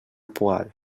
poal